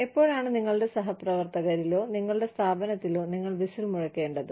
എപ്പോഴാണ് നിങ്ങളുടെ സഹപ്രവർത്തകരിലോ നിങ്ങളുടെ സ്ഥാപനത്തിലോ നിങ്ങൾ വിസിൽ മുഴക്കേണ്ടത്